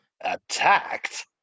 Attacked